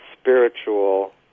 spiritual